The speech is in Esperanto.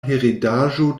heredaĵo